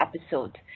episode